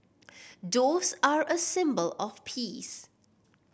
doves are a symbol of peace